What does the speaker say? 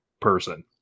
person